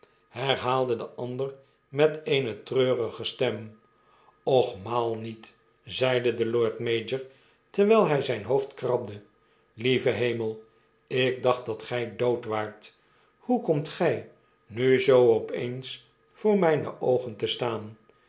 herhaalde de ander met eene treurige stem och maal niet zeide de lord mayor terwyl hy zyn hoofd krabde lieve hemel ik dacht dat gy dood waart hoe komt gy nu zoo opeens voor myne oogen testaan